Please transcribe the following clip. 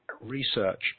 research